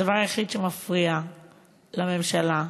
הדבר היחיד שמפריע לממשלה,